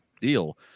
deal